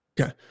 Okay